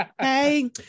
Hey